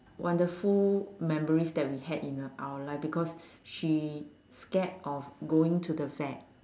wonderful memories that we had in our life because she scared of going to the vet